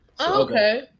Okay